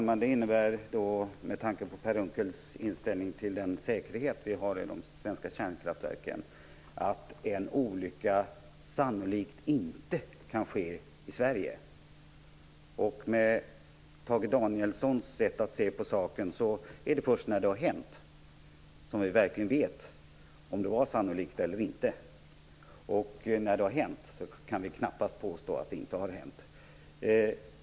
Herr talman! Med tanke på Per Unckels inställning till den säkerhet som vi har i de svenska kärnkraftverken innebär det att en olycka sannolikt inte kan ske i Sverige. Med Tage Danielssons sätt att se på saken är det först när det har hänt som vi verkligen vet om det var sannolikt eller inte. Och när det har hänt kan vi knappast påstå att det inte har hänt.